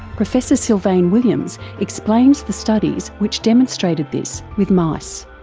professor sylvain williams explains the studies which demonstrated this with mice.